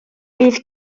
bydd